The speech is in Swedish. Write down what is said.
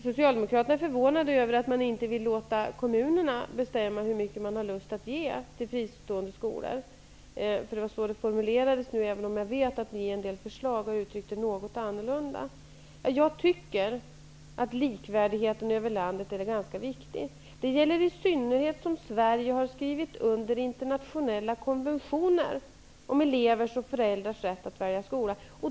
Socialdemokraterna är förvånade över att vi inte vill låta kommunerna bestämma över hur mycket de skall ge till fristående skolor. Det var så det formulerades nu, även om jag vet att ni i en del förslag har uttryckt det något annorlunda. Jag tycker att likvärdigheten över landet är ganska viktig. Det gäller i synnerhet som Sverige har skrivit under internationella konventioner om elevers och föräldrars rätt att välja skola.